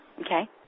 Okay